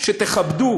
שתכבדו